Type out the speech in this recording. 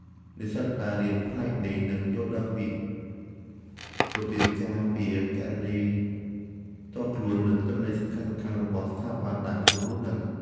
និស្សិតដែលរៀនផ្នែកនេះនឹងយល់ដឹងពីរបៀបការពារគណនីផ្ទាល់ខ្លួន និងទិន្នន័យសំខាន់ៗរបស់ស្ថាប័នដែលខ្លួនរស់នៅ។